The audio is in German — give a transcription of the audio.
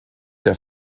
der